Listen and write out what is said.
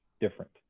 different